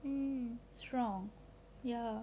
um strong ya